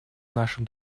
нашим